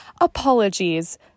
apologies